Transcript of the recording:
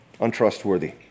Untrustworthy